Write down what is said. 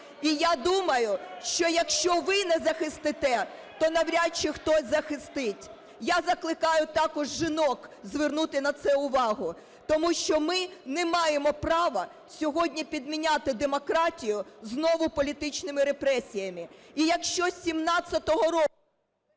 і я думаю, що якщо ви не захистите, то навряд чи хтось захистить. Я закликаю також жінок звернути на це увагу. Тому що ми не маємо права сьогодні підміняти демократію знову політичним репресіями. І якщо з 17-го року...